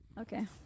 Okay